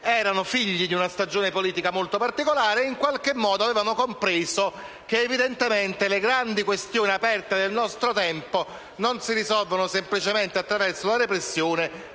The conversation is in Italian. Erano figli di una stagione politica molto particolare e avevano compreso che le grandi questioni aperte nel nostro tempo non si risolvono semplicemente attraverso la repressione,